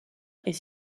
est